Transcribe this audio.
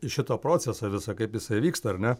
į šitą procesą visą kaip jisai vyksta ar ne